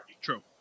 True